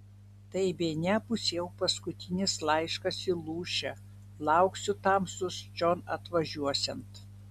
tai bene bus jau paskutinis laiškas į lūšę lauksiu tamstos čion atvažiuosiant